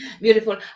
beautiful